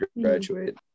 graduate